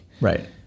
Right